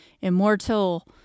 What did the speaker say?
Immortal